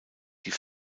die